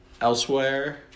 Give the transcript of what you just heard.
Elsewhere